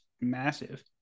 massive